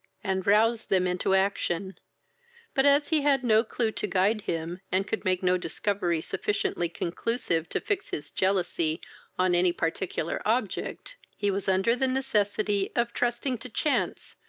and roused them into action but, as he had no clue to guide him, and could make no discovery sufficiently conclusive to fix his jealously on any particular object, he was under the necessity of trusting to chance,